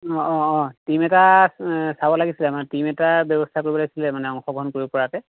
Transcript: হয় হয় হয় টিম এটা চাব লগিছিলে মানে টিম এটাৰ ব্যৱস্থা কৰিব লাগিছিলে মানে অংশগ্ৰহণ কৰিব পৰাকৈ